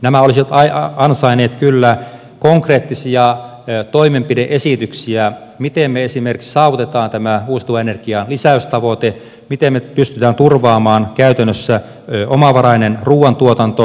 nämä olisivat ansainneet kyllä konkreettisia toimenpide esityksiä miten me esimerkiksi saavutamme tämän uusiutuvan energian lisäystavoitteen miten me pystymme turvaamaan käytännössä omavaraisen ruuantuotannon